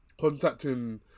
contacting